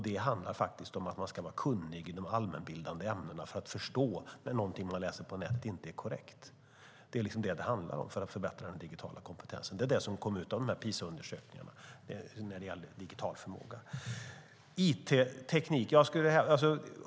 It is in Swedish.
Det handlar om att man ska vara kunnig inom allmänbildande ämnen så att man förstår när något man läser på nätet inte är korrekt. Det är vad det handlar om när det gäller att förbättra den digitala kompetensen. Det är vad som kom ut av PISA-undersökningarna beträffande digital förmåga.